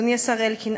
אדוני השר אלקין,